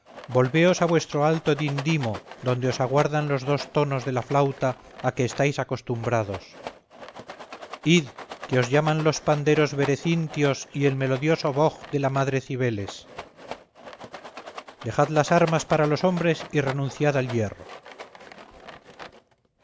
volveos a vuestro alto dindimo donde os aguardan los dos tonos de la flauta a que estáis acostumbrados id que os llaman los panderos berecintios y el melodioso boj de la madre cibeles dejad las armas para los hombres y renunciad al hierro